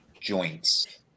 joints